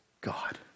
God